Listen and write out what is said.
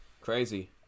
crazy